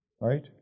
Right